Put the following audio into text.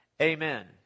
Amen